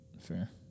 Fair